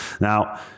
now